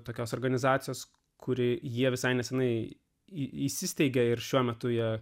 tokios organizacijos kuri jie visai neseniai įsisteigė ir šiuo metu ją